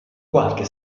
qualche